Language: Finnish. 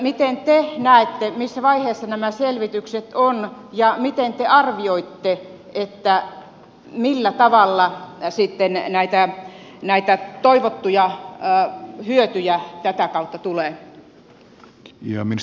miten te näette missä vaiheessa nämä selvitykset ovat ja miten te arvioitte millä tavalla näitä toivottuja hyötyjä tätä kautta tulee